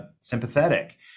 sympathetic